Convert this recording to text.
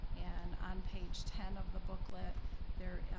and on page ten of the booklet there,